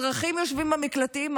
אזרחים יושבים במקלטים,